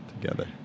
Together